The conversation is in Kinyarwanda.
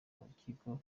urukiko